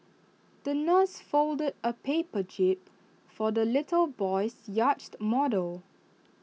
the nurse folded A paper jib for the little boy's yachted model